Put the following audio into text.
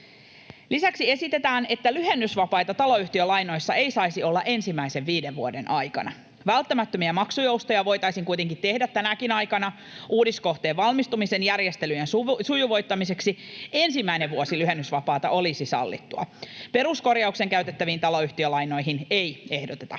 Lisäksi esitetään, että lyhennysvapaita taloyhtiölainoissa ei saisi olla ensimmäisten viiden vuoden aikana. Välttämättömiä maksujoustoja voitaisiin kuitenkin tehdä tänäkin aikana uudiskohteen valmistumisen järjestelyjen sujuvoittamiseksi. Ensimmäinen vuosi lyhennysvapaata olisi sallittua. Peruskorjaukseen käytettäviin taloyhtiölainoihin ei ehdoteta